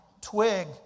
twig